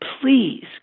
please